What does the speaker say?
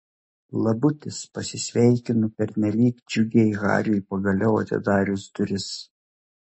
labutis pasisveikinu pernelyg džiugiai hariui pagaliau atidarius duris